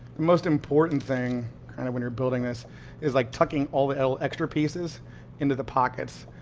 most important thing when you're building this is like tucking all the extra pieces into the pockets.